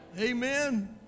Amen